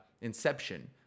Inception